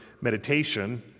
meditation